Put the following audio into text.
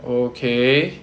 okay